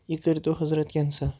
یہِ کٔرۍ تو حضرت کینسل